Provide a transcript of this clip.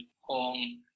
home